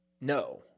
no